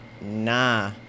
nah